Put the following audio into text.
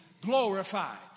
glorified